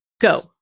go